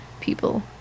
people